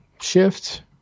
shift